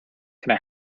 can